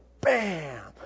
bam